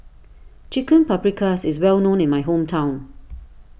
Chicken Paprikas is well known in my hometown